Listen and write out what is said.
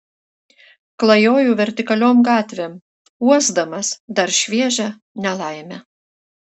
klajoju vertikaliom gatvėm uosdamas dar šviežią nelaimę